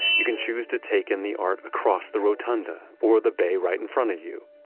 you can choose to take in the art across the rotunda or the bay right in front of you.